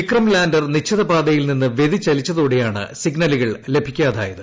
Vikram lander നിശ്ചിതപാതയിൽ നിന്നും വ്യതിചലിച്ചതോടെയാണ് സിഗ്നലുകൾ ലഭിക്കാതായത്